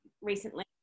recently